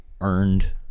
earned